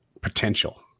potential